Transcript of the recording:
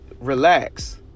relax